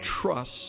Trust